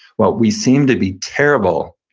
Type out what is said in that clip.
well, we seem to be terrible,